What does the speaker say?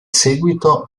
seguito